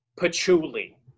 patchouli